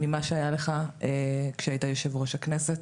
ממה שהיה לך כשהיית יושב-ראש הכנסת.